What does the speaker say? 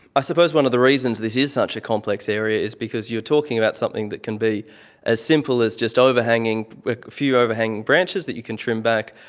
ah suppose one of the reasons this is such a complex area is because you're talking about something that can be as simple as just a like few overhanging branches that you can trim back,